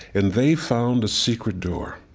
and they found a secret door